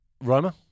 Roma